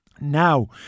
Now